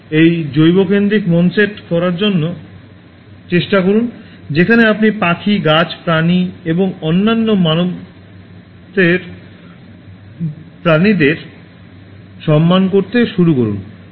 এই জৈবকেন্দ্রিক মন সেট করার চেষ্টা করুন যেখানে আপনি পাখি গাছ প্রাণী এবং অন্যান্য মানবেতর প্রাণীদের সম্মান করতে শুরু করেন